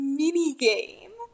minigame